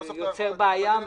יוצר בעיה קשה מאוד.